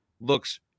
looks